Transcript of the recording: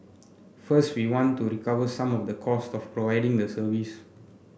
first we want to recover some of the cost of providing the service